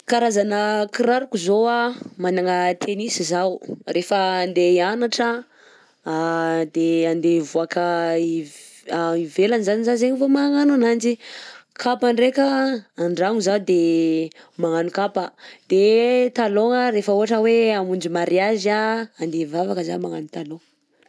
Karazana kiraroko zao: managna tennis zaho rehefa andeha hianatra de andeha hivoaka hivelany zany zaho zegny vaomagnano ananjy, kapa ndreka andragno zaho de magnano kapa, de talon rehefa ohatra hoe hamonjy mariage, handeha hivavaka zaho magnano talon.